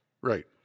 Right